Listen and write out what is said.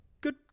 good